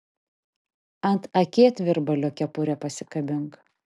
ant akėtvirbalio kepurę pasikabink